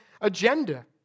agenda